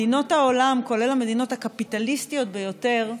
מדינות העולם, כולל המדינות הקפיטליסטיות ביותר,